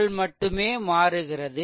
RL மட்டுமே மாறுகிறது